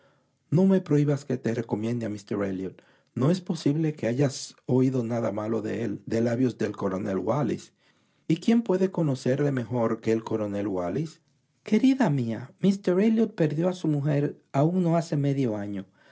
no me prohibas que te recomiende a míster elliot no es posible que hayas oído nada malo de él de labios del coronel wallis y quién puede conocerle mejor que el coronel wallis querida mía míster elliot perdió a su mujer aun no hace medio año